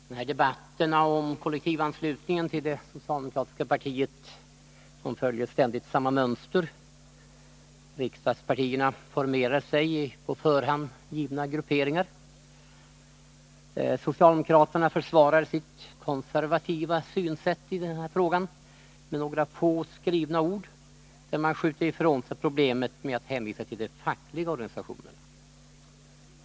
Fru talman! De här debatterna om kollektivanslutningen till det socialdemokratiska partiet följer ständigt samma mönster. Riksdagspartierna formerar sig i på förhand givna grupperingar. Socialdemokraterna försvarar sitt konservativa synsätt i den här frågan med några få skrivna ord, där man skjuter ifrån sig problemet genom att hänvisa till de fackliga organisationerna.